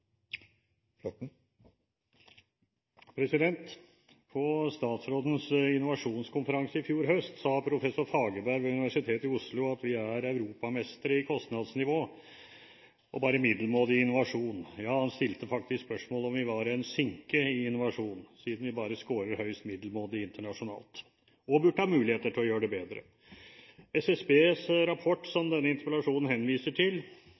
6. På statsrådens innovasjonskonferanse i fjor høst sa professor Fagerberg ved Universitetet i Oslo at vi er europamestre i kostnadsnivå og bare middelmådige i innovasjon. Ja, han stilte faktisk spørsmålet om vi var en sinke i innovasjon, siden vi bare skårer høyst middelmådig internasjonalt, og burde ha muligheter til å gjøre det bedre. SSBs rapport, som denne interpellasjonen henviser til,